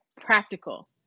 practical